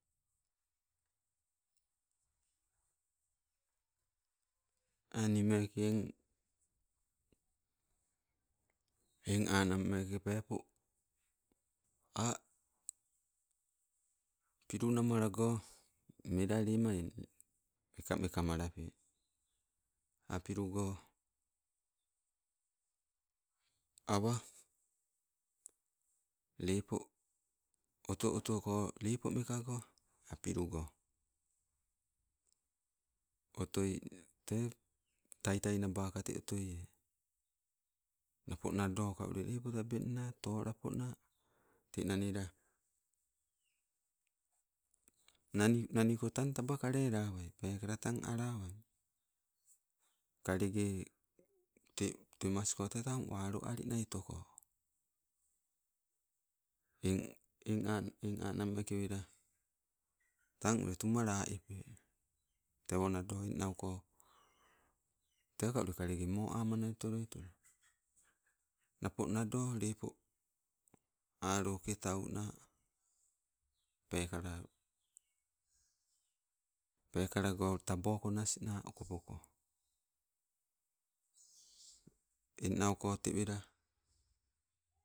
Eng nii meeke eng, eng aang meeke peepo a' pilunamalago melalema eng mekameka malape a' pilugo, awa lepo oto otoko lepo mekago a' pilugo. Otoi te taitai naba ka te otoie. Napo nado ka ule lepo tabengna tolapona te nanila, nani naniko tang taba kalelawei. Peekala tang alewai, kalege tee temasko tee tang walo alinai otoko eng, eng, ana, eng, anang meeke wela tang ule tuma la epee. Tewo nado engnauko, teka ule kalebe mo ama nai otolotolo. Napo nado lepo aloke tauna pekala, pekalago tabo konasna okopoko. Eng nauko te wela